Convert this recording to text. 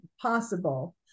possible